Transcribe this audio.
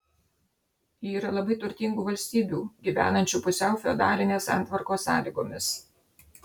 yra labai turtingų valstybių gyvenančių pusiau feodalinės santvarkos sąlygomis